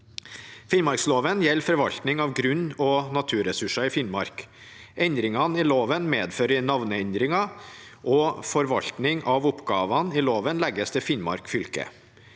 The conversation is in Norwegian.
Finnmarksloven gjelder forvaltning av grunn og naturressurser i Finnmark. Endringene i loven medfører navneendringer, og forvaltning av oppgavene i loven legges til Finnmark fylke.